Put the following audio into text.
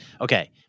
okay